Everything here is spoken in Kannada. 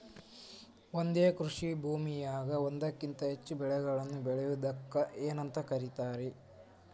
ಒಂದೇ ಕೃಷಿ ಭೂಮಿಯಾಗ ಒಂದಕ್ಕಿಂತ ಹೆಚ್ಚು ಬೆಳೆಗಳನ್ನ ಬೆಳೆಯುವುದಕ್ಕ ಏನಂತ ಕರಿತಾರಿ?